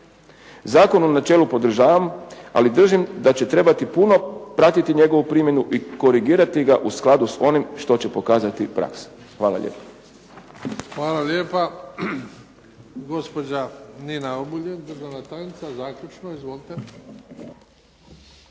Zakon u načelu podržavam ali držim da će trebati puno pratiti njegovu primjenu i korigirati ga u skladu s onim što će pokazati u praksi. **Bebić, Luka (HDZ)** Hvala lijepa. Gospođa državna tajnica Nina Oguljen, zaključno. **Obuljen